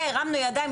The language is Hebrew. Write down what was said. הרמנו ידיים,